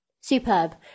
Superb